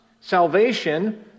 Salvation